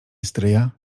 stryja